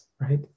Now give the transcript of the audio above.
right